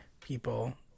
people